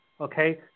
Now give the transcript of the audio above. okay